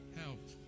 help